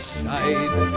side